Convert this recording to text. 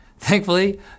Thankfully